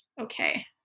okay